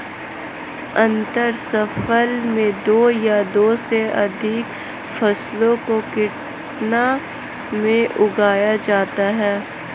अंतर फसल में दो या दो से अघिक फसलों को निकटता में उगाया जाता है